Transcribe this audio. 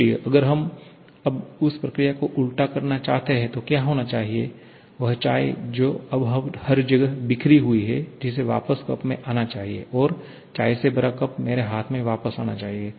इसलिए अगर हम अब उस प्रक्रिया को उल्टा करना चाहते हैं तो क्या होना चाहिए वह चाय जो अब हर जगह बिखरी हुई है जिसे वापस कप में आना चाहिए और चाय से भरा कप मेरे हाथ में वापस आना चाहिए